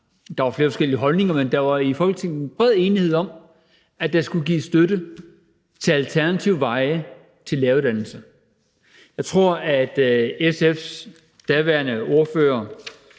Der var flere forskellige holdninger, men der var i Folketinget bred enighed om, at der skulle gives støtte til alternative veje til en læreruddannelse. Jeg tror, at SF's daværende ordfører,